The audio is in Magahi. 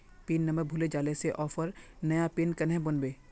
पिन नंबर भूले जाले से ऑफर नया पिन कन्हे बनो होबे?